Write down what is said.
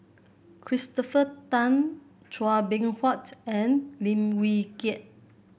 Christopher Tan Chua Beng Huat and Lim Wee Kiak